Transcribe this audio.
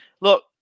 look